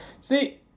See